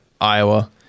Iowa